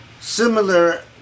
Similar